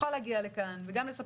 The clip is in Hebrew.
להרחיב